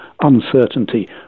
uncertainty